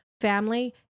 family